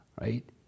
right